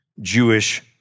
Jewish